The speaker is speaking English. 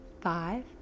five